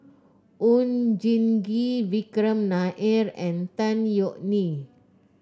Oon Jin Gee Vikram Nair and Tan Yeok Nee